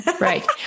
Right